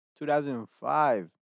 2005